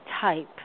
type